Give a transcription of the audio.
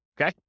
Okay